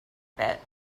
bit